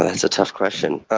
that's a tough question.